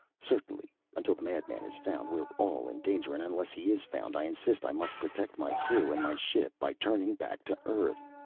certainly. until the madman is found, we're all in danger. and unless he is found, i insist i must protect my crew and my ship by turning back to earth.